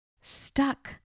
Stuck